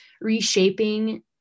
reshaping